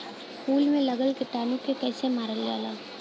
फूल में लगल कीटाणु के कैसे मारल जाला?